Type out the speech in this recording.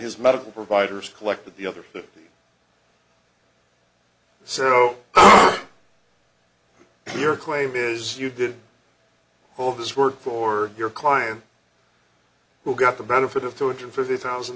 his medical providers collect the other so your claim is you did all this work for your client who got the benefit of two hundred fifty thousand